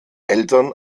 eltern